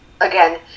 again